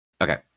Okay